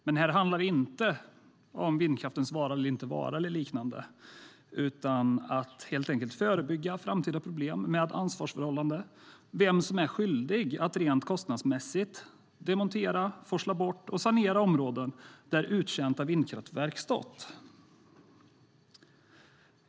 Men här handlar det inte om vindkraftens vara eller inte vara eller liknande utan om att helt enkelt förebygga framtida problem med ansvarsförhållanden när det gäller vem som är skyldig att rent kostnadsmässigt demontera, forsla bort och sanera områden där uttjänta vindkraftverk har stått.